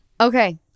Okay